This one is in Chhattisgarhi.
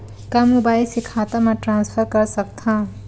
का मोबाइल से खाता म ट्रान्सफर कर सकथव?